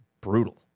brutal